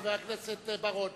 חבר הכנסת בר-און,